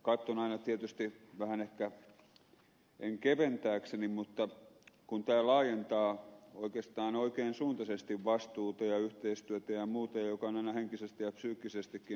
itse katson aina tietysti vähän ehkä en keventääkseni sitä että tämä laajentaa oikeastaan oikean suuntaisesti vastuuta ja yhteistyötä ja muuta joka on aina henkisesti ja psyykkisestikin